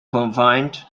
combined